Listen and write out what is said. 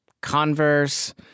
Converse